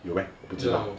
有 meh